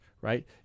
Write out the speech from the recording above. right